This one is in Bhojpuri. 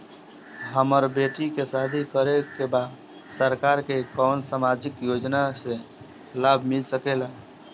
हमर बेटी के शादी करे के बा सरकार के कवन सामाजिक योजना से लाभ मिल सके ला?